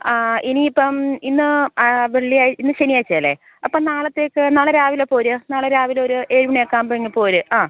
ആ ഇനി ഇപ്പം ഇന്ന് ആ വെള്ളിയായി ഇന്ന് ശനിയാഴ്ചയല്ലേ അപ്പം നാളത്തേക്ക് നാളെ രാവിലെ പോര് നാളെ രാവിലെ ഒരു ഏഴ് മണിയൊക്കെ ആകുമ്പോൾ ഇങ്ങു പോര് ആ